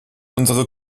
unsere